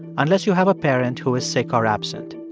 unless you have a parent who is sick or absent.